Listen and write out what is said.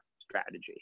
strategy